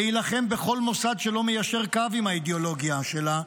להילחם בכל מוסד שלא מיישר קו עם האידיאולוגיה שלה,